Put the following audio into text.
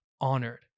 honored